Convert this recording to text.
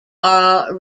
are